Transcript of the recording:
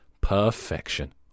Perfection